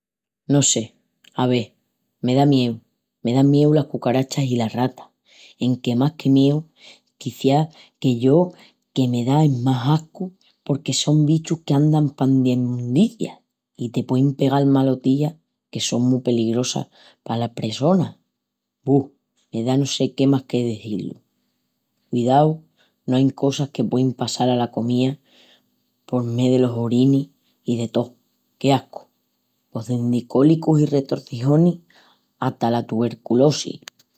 No sé.... Ave, me da mieu, me dan mieu las cucarachas i las ratas, enque más que mieu quiciás que llo que me da es más ascu porque son bichos qu'andan pandi ai mondicia i te puein pegal malotías que son mu peligrosas palas pressonas. Bu, me da no se qué más que'l izí-lu. Cudiau que no ain cosas que puein passal ala comida por mé delos orinis i de tó, qué ascu! Pos dendi cólicus i retorcijonis hata la tuberculosi.